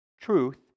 truth